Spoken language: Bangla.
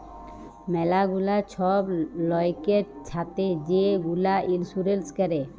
ম্যালা গুলা ছব লয়কের ছাথে যে গুলা ইলসুরেল্স ক্যরে